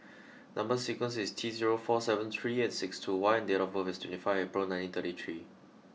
number sequence is T zero four seven three eight six two Y and date of birth is twenty five April nineteen thirty three